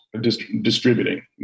distributing